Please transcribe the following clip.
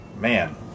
Man